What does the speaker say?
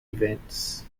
events